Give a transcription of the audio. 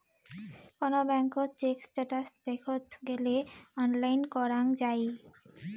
কোন ব্যাঙ্কত check status দেখত গেলে অনলাইন করাঙ যাই